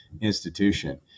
institution